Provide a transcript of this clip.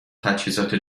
تجهیزات